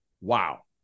wow